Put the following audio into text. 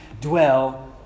dwell